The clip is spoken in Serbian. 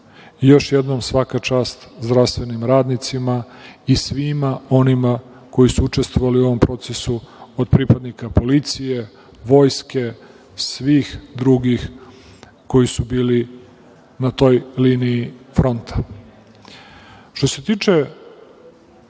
jednom, svaka čast zdravstvenim radnicima i svima onima koji su učestvovali u ovom procesu, od pripadnika policije, vojske i svih drugih koji su bili na toj liniji fronta. Što se tiče